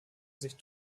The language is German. sich